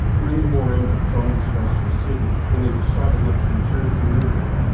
when the war ended john was based in sydney and decided not to return to england,